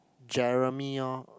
Jeremy orh